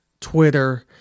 Twitter